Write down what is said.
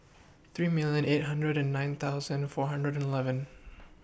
three million eight hundred and nine thousand four hundred eleven